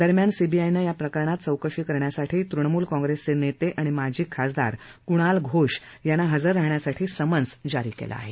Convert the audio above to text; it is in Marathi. दरम्यान सीबीआयनं या प्रकरणात चौकशी करण्यासाठी तुणमूल काँग्रेसचे नेते आणि माजी खासदार कुणाल घोष यांना हजर राहण्यासाठी समन्स जारी केले आहे